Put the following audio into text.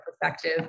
perspective